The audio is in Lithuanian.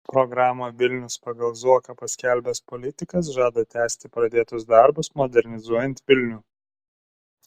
programą vilnius pagal zuoką paskelbęs politikas žada tęsti pradėtus darbus modernizuojant vilnių